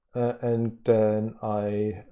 and then i